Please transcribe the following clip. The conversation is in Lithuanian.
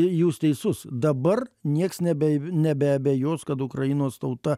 jūs teisus dabar nieks nebe nebeabejos kad ukrainos tauta